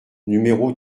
numéro